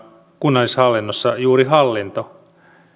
kunnallishallinnossa juuri hallinto